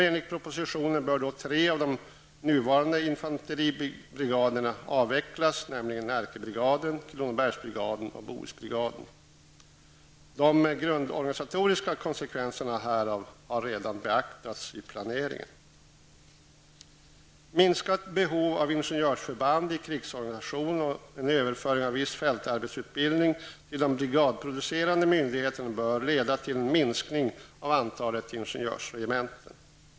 Enligt propositionen bör tre av de nuvarande infanteribrigaderna avvecklas, nämligen Bohusbrigaden. De grundorganisatoriska konsekvenserna härav har redan beaktats i planeringen. Minskat behov av ingenjörförband i krigsorganisationen och en överföring av viss fältarbetsutbildning till de brigadproducerande myndigheterna bör leda till en minskning av antalet ingenjörsregementen.